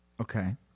Okay